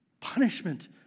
punishment